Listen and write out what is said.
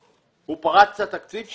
אבלן הוא לא פרץ את התקציב?